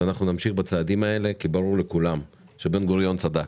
אנחנו נמשיך בצעדים האלה כי ברור לכולם שבן גוריון צדק,